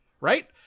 Right